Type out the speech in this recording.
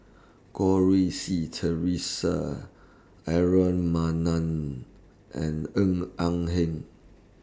Goh Rui Si Theresa Aaron Maniam and Ng Eng Hen